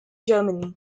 german